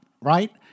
Right